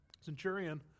centurion